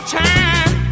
time